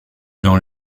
dans